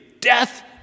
Death